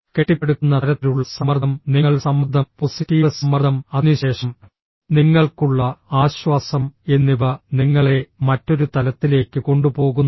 കെട്ടിപ്പടുക്കുന്ന തരത്തിലുള്ള സമ്മർദ്ദം നിങ്ങൾ സമ്മർദ്ദം പോസിറ്റീവ് സമ്മർദ്ദം അതിനുശേഷം നിങ്ങൾക്കുള്ള ആശ്വാസം എന്നിവ നിങ്ങളെ മറ്റൊരു തലത്തിലേക്ക് കൊണ്ടുപോകുന്നു